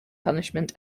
punishment